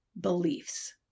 beliefs